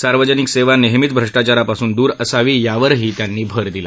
सार्वजनिक सद्यानहसीच भ्रष्टाचारापासून दूर असावी यावर त्यांनी जोर दिला